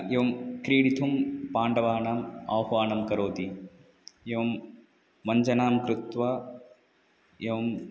एवं क्रीडितुं पाण्डवानाम् आह्वानं करोति एवं मञ्जनां कृत्वा एवम्